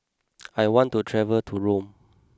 I want to travel to Rome